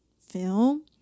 film